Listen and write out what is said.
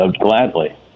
gladly